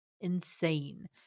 insane